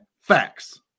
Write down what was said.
facts